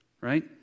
right